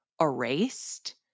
erased